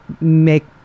make